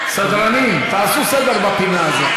סדרנים, תעשו סדר בפינה הזאת.